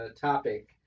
topic